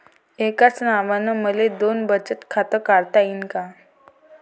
एकाच नावानं मले दोन बचत खातं काढता येईन का?